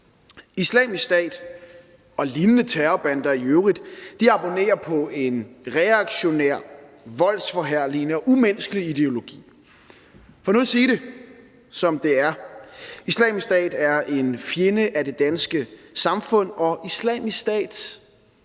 Islamisk Stat og lignende terrorbander i øvrigt abonnerer på en reaktionær, voldsforherligende og umenneskelig ideologi. For nu at sige det, som det er: Islamisk Stat er en fjende af det danske samfund, og Islamisk Stats